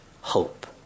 hope